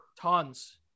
tons